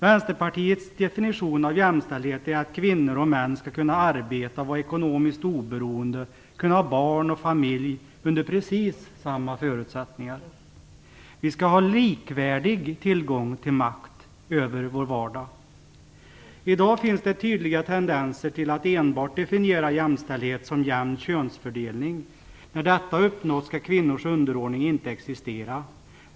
Vänsterpartiets definition av jämställdhet är att kvinnor och män skall kunna arbeta, vara ekonomiskt oberoende och ha barn och familj under precis samma förutsättningar. Vi skall ha likvärdig tillgång till makt över vår vardag. I dag finns tydliga tendenser till att man definierar jämställdhet som enbart jämn könsfördelning. När detta har uppnåtts skall kvinnors underordning inte existera.